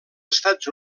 estats